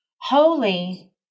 Holy